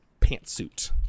pantsuit